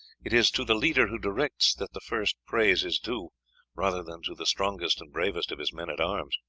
it is to the leader who directs that the first praise is due rather than to the strongest and bravest of his men-at-arms.